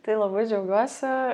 tai labai džiaugiuosi